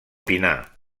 pinar